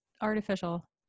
artificial